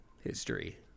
history